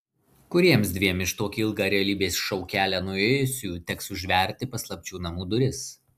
kuriems dviem iš tokį ilgą realybės šou kelią nuėjusiųjų teks užverti paslapčių namų duris